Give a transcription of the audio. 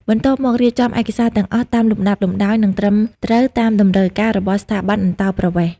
បន្ទាប់មក រៀបចំឯកសារទាំងអស់តាមលំដាប់លំដោយ និងត្រឹមត្រូវតាមតម្រូវការរបស់ស្ថាប័នអន្តោប្រវេសន៍។